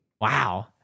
wow